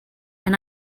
and